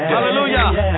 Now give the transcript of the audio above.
Hallelujah